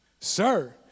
sir